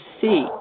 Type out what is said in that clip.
see